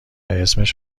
اسمش